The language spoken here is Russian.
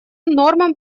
нормам